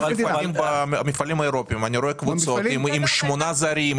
במפעלים האירופאים אני רואה קבוצות עם שמונה זרים,